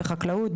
בחקלאות,